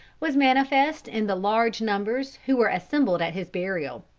was manifest in the large numbers who were assembled at his burial.